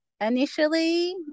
initially